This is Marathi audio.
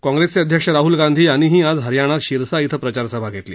काँग्रेसचे अध्यक्ष राहूल गांधी यांनीही आज हरयाणात शिरसा इथं प्रचार सभा घेतली